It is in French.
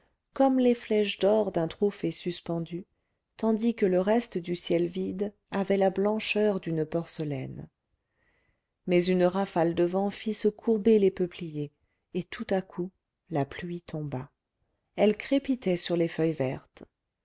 comme les flèches d'or d'un trophée suspendu tandis que le reste du ciel vide avait la blancheur d'une porcelaine mais une rafale de vent fit se courber les peupliers et tout à coup la pluie tomba elle crépitait sur les feuilles vertes